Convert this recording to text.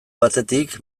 batetik